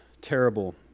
terrible